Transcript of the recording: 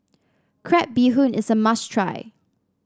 Crab Bee Hoon is a must try